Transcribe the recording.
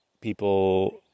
People